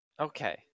Okay